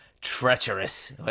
treacherous